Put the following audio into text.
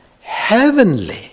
heavenly